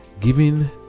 Giving